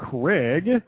Craig